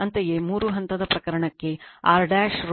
ಅಂತೆಯೇ ಮೂರು ಹಂತದ ಪ್ರಕರಣಕ್ಕೆ R rho l pi r 2 ಆಗಿರುತ್ತದೆ